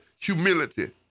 humility